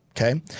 Okay